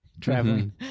traveling